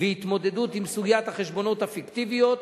והתמודדות עם סוגיית החשבוניות הפיקטיביות,